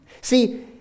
See